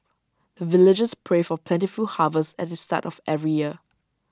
the villagers pray for plentiful harvest at the start of every year